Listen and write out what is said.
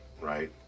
right